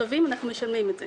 השלבים אנחנו משלמים את זה.